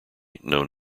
known